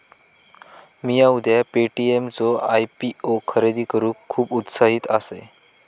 मिया उद्या पे.टी.एम चो आय.पी.ओ खरेदी करूक खुप उत्साहित असय